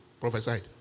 prophesied